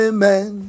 Amen